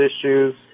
issues